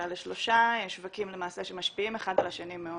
אלא לשלושה שווקים למעשה שמשפיעים אחד על השני מאוד.